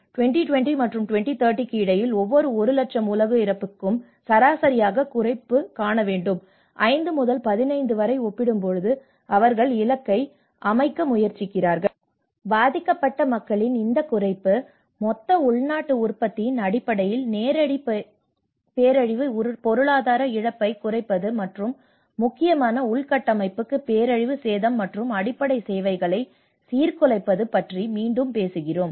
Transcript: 2020 மற்றும் 2030 க்கு இடையில் ஒவ்வொரு 1 லட்சம் உலக இறப்புக்கும் சராசரியைக் குறைக்க வேண்டும் 5 முதல் 15 வரை ஒப்பிடும்போது அவர்கள் இலக்குகளை அமைக்க முயற்சிக்கின்றனர் பாதிக்கப்பட்ட மக்களின் இந்த குறைப்பு மொத்த உள்நாட்டு உற்பத்தியின் அடிப்படையில் நேரடி பேரழிவு பொருளாதார இழப்பைக் குறைப்பது மற்றும் முக்கியமான உள்கட்டமைப்புக்கு பேரழிவு சேதம் மற்றும் அடிப்படை சேவைகளை சீர்குலைப்பது பற்றி மீண்டும் பேசுகிறோம்